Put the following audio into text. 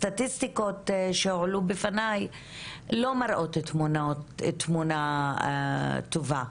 סטטיסטיקות שהועלו בפניי לא מראות תמונה טובה.